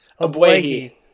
Abwehi